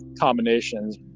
combinations